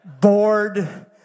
Bored